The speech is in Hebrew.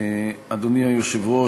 אדוני היושב-ראש,